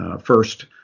First